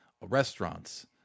restaurants